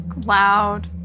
loud